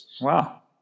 Wow